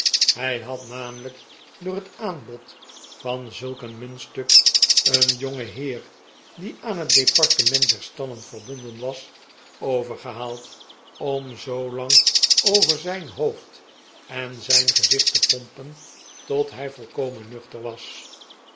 hij had namelijk door net aanbod van zulk een muntstuk een jongenh'eer die aan bet departement der stallen verbonden was overgehaald ora zoolang over zijn hoofd en zijn gezicht te pompen tot hij volkomen nuchter was